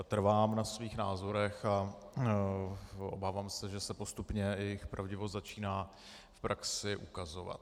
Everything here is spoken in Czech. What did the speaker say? Trvám na svých názorech a obávám se, že se postupně jejich pravdivost začíná v praxi ukazovat.